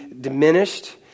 diminished